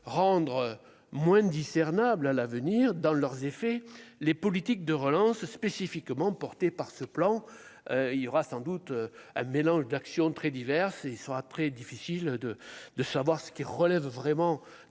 rendre moins discernable à l'avenir dans leurs effets, les politiques de relance spécifiquement portée par ce plan, il y aura sans doute un mélange d'action très diverses, et il sera très difficile de, de savoir ce qui relève vraiment